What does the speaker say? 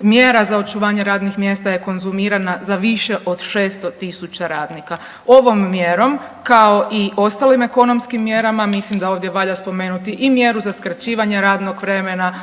mjera za očuvanje radnih mjesta je konzumirana za više od 600 tisuća radnika. Ovom mjerom kao i ostalim ekonomskim mjerama mislim da ovdje valja spomenuti i mjeru za skraćivanje radnog vremena